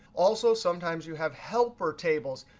also, sometimes you have helper tables.